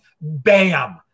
Bam